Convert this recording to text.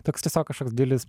toks tiesiog kažkoks didelis